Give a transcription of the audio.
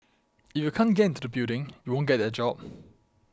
if you can't get into the building you won't get that job